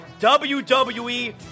WWE